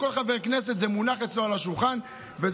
זה מונח על השולחן של כל חבר כנסת,